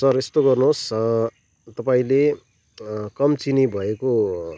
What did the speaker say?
sir यस्तो गर्नुहोस् तपाईँले कम चिनी भएको